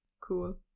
cool